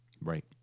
Right